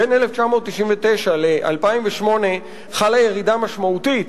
בין 1999 ל-2008 חלה ירידה משמעותית